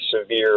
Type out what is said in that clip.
severe